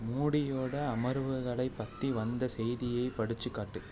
மோடியோட அமர்வுகளை பற்றி வந்த செய்தியை படிச்சுக் காட்டு